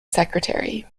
secretary